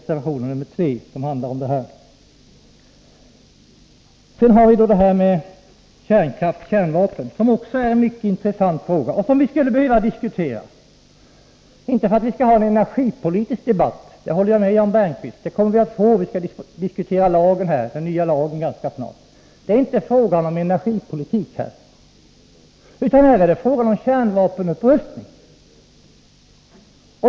Sedan gäller det detta med kärnkraft och kärnvapen, vilket också är en mycket intressant fråga, som vi skulle behöva diskutera. Jag håller med Jan Bergqvist om att vi inte skall ha en energipolitisk debatt nu — en sådan kommer vi att få, när vi inom kort skall diskutera den nya lagen på detta område. Det är inte fråga om energipolitik här, utan det är fråga om kärnvapenupprustning.